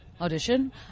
audition